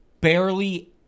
Barely